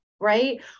Right